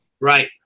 Right